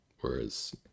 Whereas